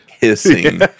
hissing